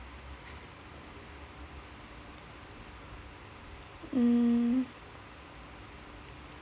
mm